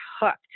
hooked